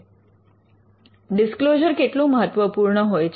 disclosure કેટલું મહત્વપૂર્ણ હોય છે